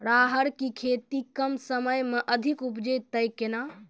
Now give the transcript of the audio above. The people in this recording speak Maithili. राहर की खेती कम समय मे अधिक उपजे तय केना?